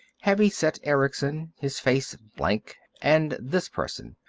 heavy-set erickson, his face blank, and this person.